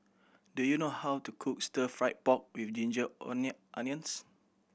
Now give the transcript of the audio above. do you know how to cook stir fried pork with ginger onions